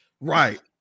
Right